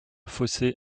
fossé